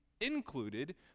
included